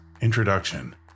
Introduction